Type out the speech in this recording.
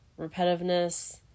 repetitiveness